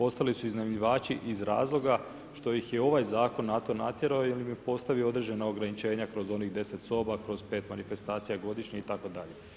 Ostali su iznajmljivači iz razloga što ih je ovaj Zakon na to natjerao jer im je postavio određena ograničenja kroz onih 10 soba, kroz 5 manifestacija godišnje itd.